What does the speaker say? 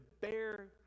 bear